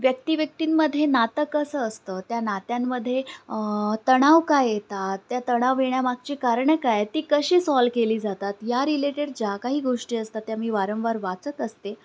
व्यक्ती व्यक्तींमध्ये नातं कसं असतं त्या नात्यांमध्ये तणाव काय येतात त्या तणाव येण्यामागची कारणं काय ती कशी सॉल्व केली जातात या रिलेटेड ज्या काही गोष्टी असतात त्या मी वारंवार वाचत असते